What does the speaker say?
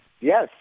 Yes